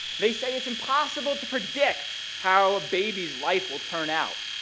they say it's impossible to predict how a baby's life will turn out,